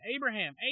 Abraham